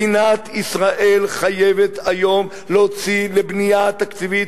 מדינת ישראל חייבת היום להוציא לבנייה תקציבית